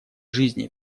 жизни